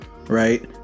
right